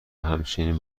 همچنین